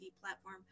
platform